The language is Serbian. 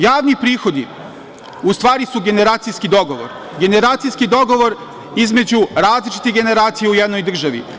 Javni prihodi, u stvari, su generacijski dogovor, generacijski dogovor između različitih generacija u jednoj državi.